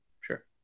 Sure